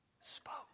Spoke